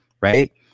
Right